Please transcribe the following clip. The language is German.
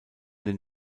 den